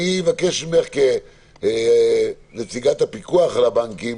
אני מבקש ממך, כנציגת הפיקוח על הבנקים,